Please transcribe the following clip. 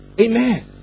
Amen